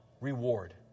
reward